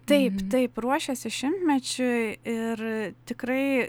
taip taip ruošėsi šimtmečiui ir tikrai